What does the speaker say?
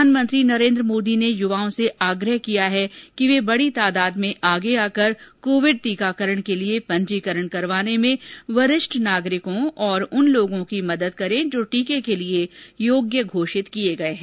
प्रधानमंत्री नरेन्द्र मोदी ने युवाओं से आग्रह किया है कि वे बडी तादाद मे आगे आकर कोविड टीकाकरण के लिये पंजीकरण करवाने में वरिष्ठ नागरिकों और उन लोगों की मदद करें जो टीके के लिये योग्य घोषित किये गये हैं